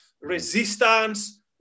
resistance